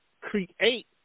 create